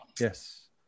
Yes